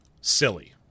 silly